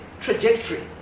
trajectory